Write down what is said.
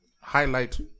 highlight